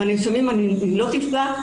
בנאשמים היא לא תפגע.